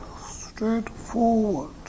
straightforward